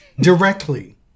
directly